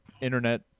internet